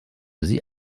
sie